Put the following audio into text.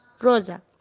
Rosa